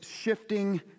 shifting